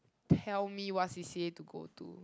tell me what C_C_A to go to